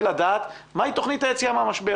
לדעת מה היא תוכנית היציאה מהמשבר,